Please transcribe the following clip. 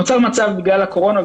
נוצר מצב בגלל הקורונה,